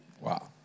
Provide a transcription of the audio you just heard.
Wow